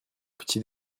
petit